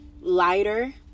lighter